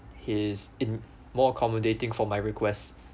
his in more accommodating for my request